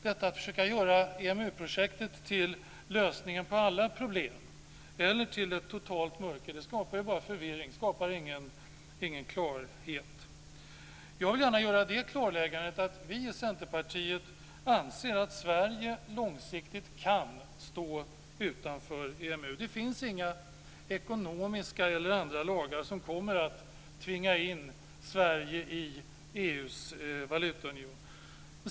Detta att försöka göra EMU-projektet till lösningen på alla problem eller till ett totalt mörker skapar ju bara förvirring. Det skapar ingen klarhet. Jag vill gärna göra det klarläggandet att vi i Centerpartiet anser att Sverige långsiktigt kan stå utanför EMU. Det finns inga ekonomiska eller andra lagar som kommer att tvinga in Sverige i EU:s valutaunion.